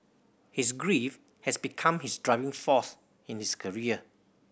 his grief has become his driving force in his career